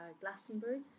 Glastonbury